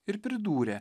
ir pridūrė